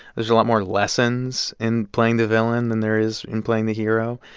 there's a lot more lessons in playing the villain than there is in playing the hero.